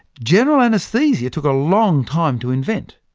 general anaesthesia took a long time to invent.